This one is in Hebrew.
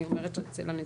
אני אומרת את זה לנציבות,